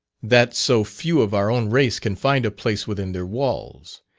that so few of our own race can find a place within their walls.